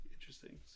interesting